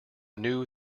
new